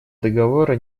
договора